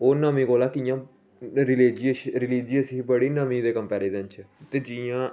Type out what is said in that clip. ओह् नमें कोला कियां रलीजस ही बड़ी नमीं दे कम्परेजिन च ते जियां